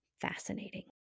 fascinating